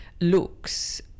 looks